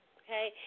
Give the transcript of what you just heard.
okay